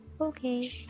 okay